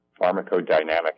pharmacodynamic